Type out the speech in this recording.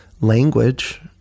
language